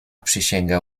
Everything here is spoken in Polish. przysięga